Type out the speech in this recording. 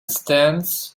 stands